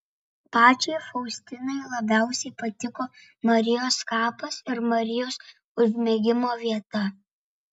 pačiai faustinai labiausiai patiko marijos kapas ir marijos užmigimo vieta